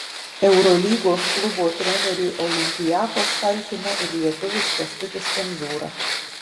eurolygos klubo treneriui olympiakos talkina ir lietuvis kęstutis kemzūra